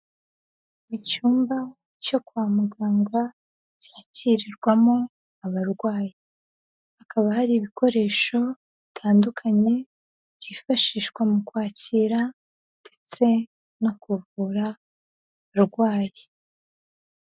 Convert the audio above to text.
Icyumba cyo kwa muganga cyakirirwamo abarwayi, hakaba hari ibikoresho bitandukanye byifashishwa mu kwakira ndetse no kuvura abarwayi.